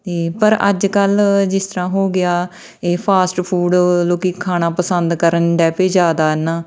ਅਤੇ ਪਰ ਅੱਜ ਕੱਲ੍ਹ ਜਿਸ ਤਰ੍ਹਾਂ ਹੋ ਗਿਆ ਇਹ ਫਾਸਟ ਫੂਡ ਲੋਕ ਖਾਣਾ ਪਸੰਦ ਕਰਨ ਜ਼ਿਆਦਾ ਹਨ